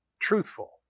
truthful